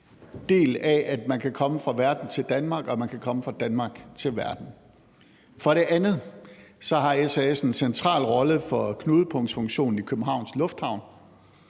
del af, at man kan komme fra verden til Danmark og man kan komme fra Danmark til verden. For det andet har SAS en central rolle i knudepunktsfunktionen i Københavns Lufthavn.